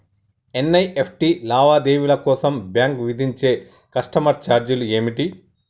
NEFT లావాదేవీల కోసం bank విధించే కస్టమర్ ఛార్జీలు ఏమిటి?